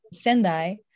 Sendai